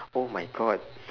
oh my god